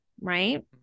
right